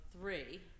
three